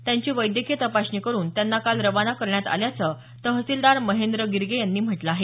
त्यांची वैद्यकीय तपासणी करुन त्यांना काल खवाना करण्यात आल्याचं तहसीलदार महेंद्र गिरगे यांनी म्हटलं आहे